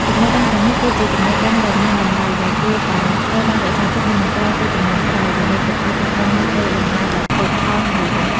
ចំណេះដឹងទាំងនេះគឺជាចំណេះដឹងដ៏មានតម្លៃដែលគួរតែត្រូវបានរក្សាទុក និងបន្តទៅជំនាន់ក្រោយ ដើម្បីកុំឲ្យបាត់បង់នូវកេរដំណែលដ៏ផូរផង់មួយនេះ។